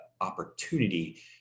opportunity